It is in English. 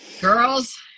Girls